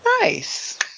Nice